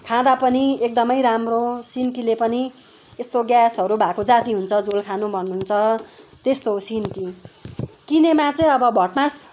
खाँदा पनि एकदमै राम्रो सिन्कीले पनि यस्तो ग्यासहरू भएको जाती हुन्छ झोल खानु भन्नु हुन्छ त्यस्तो हो सिन्की किनामा चाहिँ अब भटमास